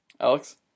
Alex